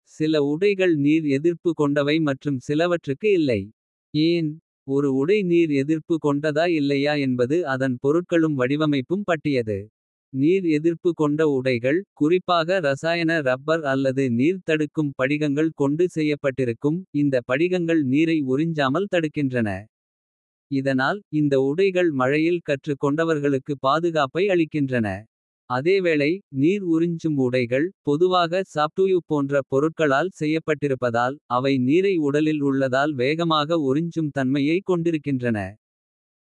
சில உடைகள் நீர் எதிர்ப்பு கொண்டவை மற்றும். சிலவற்றுக்கு இல்லை ஏன். ஒரு உடை நீர் எதிர்ப்பு கொண்டதா இல்லையா என்பது. அதன் பொருட்களும் வடிவமைப்பும் பற்றியது. நீர் எதிர்ப்பு கொண்ட உடைகள் குறிப்பாக ரசாயன ரப்பர். அல்லது நீர் தடுக்கும் படிகங்கள் கொண்டு செய்யப்பட்டிருக்கும். இந்த படிகங்கள் நீரை உறிஞ்சாமல் தடுக்கின்றன இதனால். இந்த உடைகள் மழையில் கற்றுக் கொண்டவர்களுக்கு. பாதுகாப்பை அளிக்கின்றன அதேவேளை நீர் உறிஞ்சும் உடைகள். பொதுவாக சாப்டூயூப் போன்ற பொருட்களால். செய்யப்பட்டிருப்பதால் அவை நீரை உடலில் உள்ளதால். வேகமாக உறிஞ்சும் தன்மையை கொண்டிருக்கின்றன.